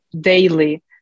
daily